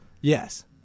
Yes